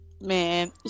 man